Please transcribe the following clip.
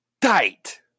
tight